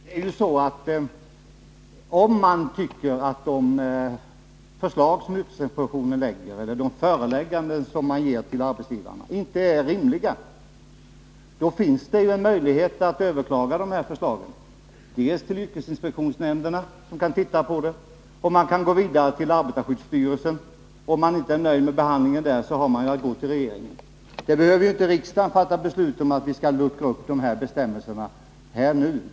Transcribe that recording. Herr talman! Om man tycker att de förelägganden yrkesinspektionen ger arbetsgivarna inte är rimliga, finns det en möjlighet att överklaga förslagen, dels genom att vända sig till yrkesinspektionsnämnden, som kan se på ärendet, dels genom att gå vidare till arbetarskydsstyrelsen. Och är man inte nöjd med behandlingen där kan man gå till regeringen. Riksdagen behöver inte fatta beslut om att vi skall luckra upp bestämmelserna här och nu.